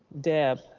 deb,